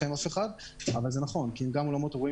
אבל זה נכון כי גם אולמות אירועים